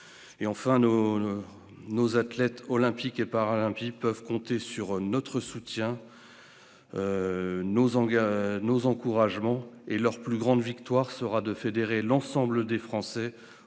sportive. Nos athlètes olympiques et paralympiques peuvent compter sur notre soutien et nos encouragements. Leur plus grande victoire sera de fédérer l'ensemble des Français